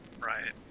right